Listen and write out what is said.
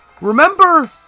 Remember